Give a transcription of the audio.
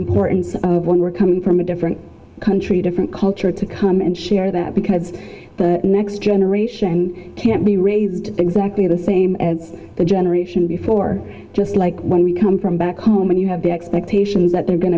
importance of when we're coming from a different country different culture to come and share that because the next generation can't be raised exactly the same as the generation before just like when we come from back home when you have the expectation that they're going